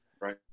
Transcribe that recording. Right